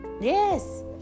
yes